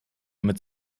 mit